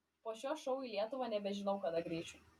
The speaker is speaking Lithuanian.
po šio šou į lietuvą nebežinau kada grįšiu